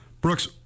Brooks